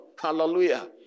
Hallelujah